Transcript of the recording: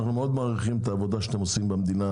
אנחנו מאוד מעריכים את העבודה שאתם עושים במדינה